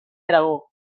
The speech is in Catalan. aragó